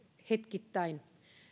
hetkittäin